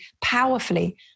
powerfully